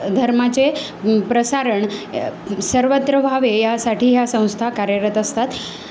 धर्माचे प्रसारण सर्वत्र व्हावे यासाठी ह्या संस्था कार्यरत असतात